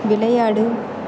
விளையாடு